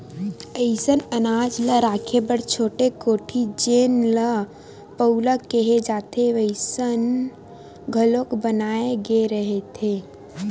असइन अनाज ल राखे बर छोटे कोठी जेन ल पउला केहे जाथे वइसन घलोक बनाए गे रहिथे